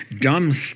dumb